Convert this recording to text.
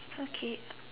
okay